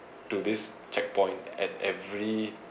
to this checkpoint at every